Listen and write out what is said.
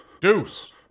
Deuce